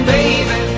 Baby